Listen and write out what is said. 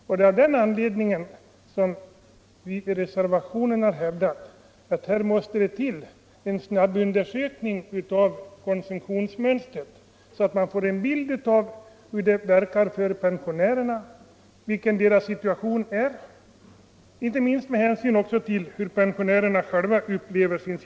Det är av den anledningen som vi i reservationen har hävdat, att här måste till en snabb undersökning av konsumtionsmönstret, så att man får en bild av hur prisstegringarna verkar för pensionärerna, vilken deras situation är inte minst med hänsyn till hur de själva upplever den i dag.